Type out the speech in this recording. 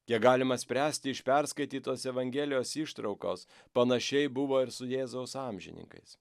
kiek galima spręsti iš perskaitytos evangelijos ištraukos panašiai buvo ir su jėzaus amžininkais